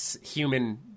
human